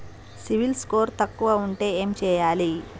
CIBIL score తక్కువ ఉంటే ఏం చేయాలి?